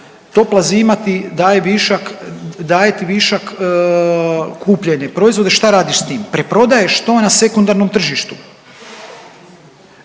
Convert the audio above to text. daje višak, daje ti višak kupljene proizvode, šta radiš s tim, preprodaješ to na sekundarnom tržištu.